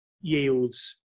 yields